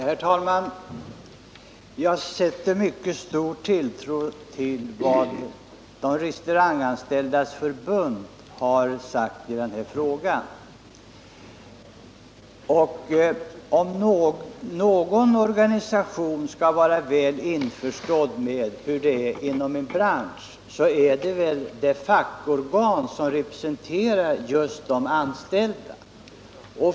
Herr talman! Jag sätter mycket stor tilltro till vad Hotelloch restauranganställdas förbund har sagt i den här frågan. Om någon organisation skall vara väl införstådd med hur det är inom en bransch, så är det ju det fackorgan som representerar de anställda.